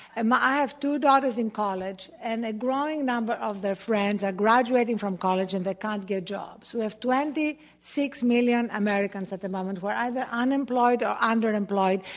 and i have two daughters in college. and a growing number of their friends are graduating from college, and they can't get jobs. we have twenty six million americans at the moment who are either unemployed or underemployed.